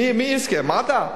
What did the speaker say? מי יזכה, מד"א?